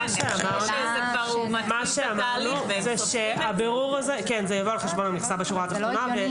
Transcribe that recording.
כן, זה יבוא על חשבון המכסה בשורה התחתונה.